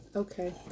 Okay